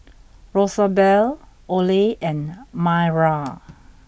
Rosabelle Oley and Mayra